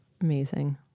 Amazing